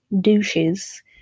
douches